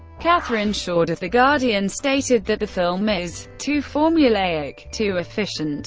catherine shoard of the guardian stated that the film is too formulaic, too efficient